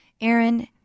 Aaron